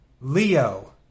Leo